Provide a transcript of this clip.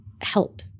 help